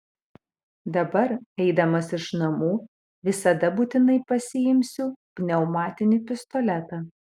dabar eidamas iš namų visada būtinai pasiimsiu pneumatinį pistoletą